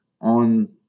on